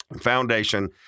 foundation